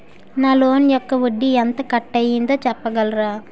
నా లోన్ యెక్క వడ్డీ ఎంత కట్ అయిందో చెప్పగలరా?